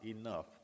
enough